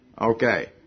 Okay